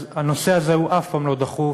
אז הנושא הזה הוא אף פעם לא דחוף,